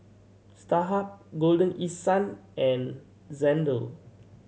Starhub Golden East Sun and Xndo